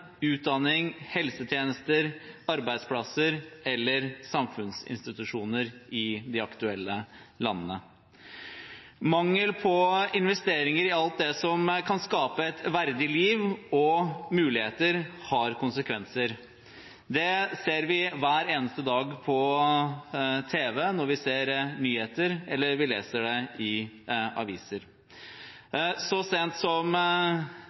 utdanning, helsetjenester, arbeidsplasser eller samfunnsinstitusjoner i de aktuelle landene. Mangel på investeringer i alt det som kan skape et verdig liv og muligheter, har konsekvenser. Det ser vi hver eneste dag på tv når vi ser nyheter, eller vi leser det i aviser. Så sent som